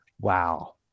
Wow